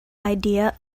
idea